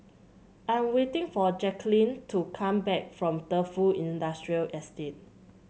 I'm waiting for Jacquelynn to come back from Defu Industrial Estate